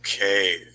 Okay